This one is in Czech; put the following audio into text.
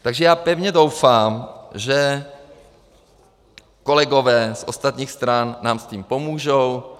Takže já pevně doufám, že kolegové z ostatních stran nám s tím pomůžou.